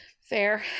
fair